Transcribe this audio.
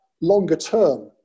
longer-term